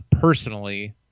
personally